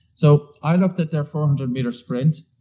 so i looked at their four hundred meter sprint.